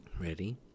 Ready